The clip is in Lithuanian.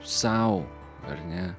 sau ar ne